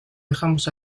dejamos